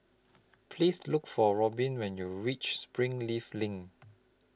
Please Look For Robin when YOU REACH Springleaf LINK